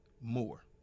more